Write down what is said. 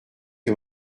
que